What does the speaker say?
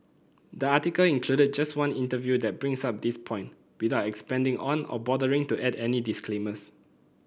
the article included just one interview that brings up this point without expanding on or bothering to add any disclaimers